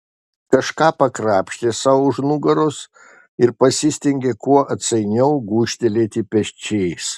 kažką pakrapštė sau už nugaros ir pasistengė kuo atsainiau gūžtelėti pečiais